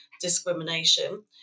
discrimination